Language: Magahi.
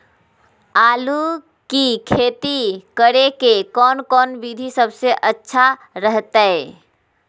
आलू की खेती करें के कौन कौन विधि सबसे अच्छा रहतय?